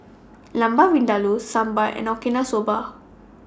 Lamb Vindaloo Sambar and Okinawa Soba